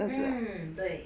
um 对